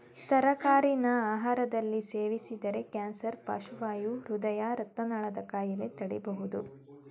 ತರಕಾರಿನ ಆಹಾರದಲ್ಲಿ ಸೇವಿಸಿದರೆ ಕ್ಯಾನ್ಸರ್ ಪಾರ್ಶ್ವವಾಯು ಹೃದಯ ರಕ್ತನಾಳದ ಕಾಯಿಲೆ ತಡಿಬೋದು